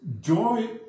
joy